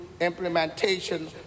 implementation